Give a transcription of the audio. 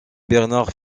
bernard